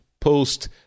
post